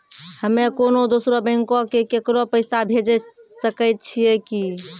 हम्मे कोनो दोसरो बैंको से केकरो पैसा भेजै सकै छियै कि?